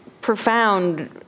profound